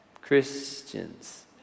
Christians